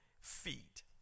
feet